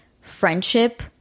friendship